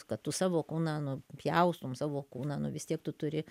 kad tu savo kūną nu pjaustytum savo kūną nu vis tiek tu turi